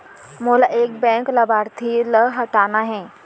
मोला एक बैंक लाभार्थी ल हटाना हे?